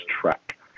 track